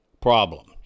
problem